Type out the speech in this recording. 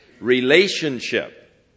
relationship